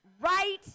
right